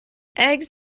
eggs